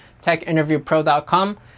techinterviewpro.com